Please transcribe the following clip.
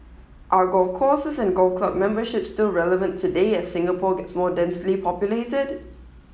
are golf courses and golf club memberships still relevant today as Singapore gets more densely populated